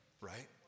right